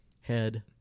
head